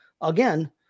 again